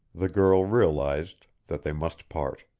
the girl realized that they must part.